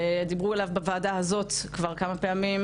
דיברו עליו בוועדה הזאת כבר כמה פעמים,